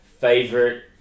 favorite